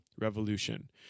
revolution